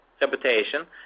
reputation